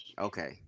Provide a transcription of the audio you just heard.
okay